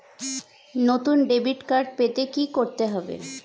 নতুন debit card পেতে কী করতে হবে?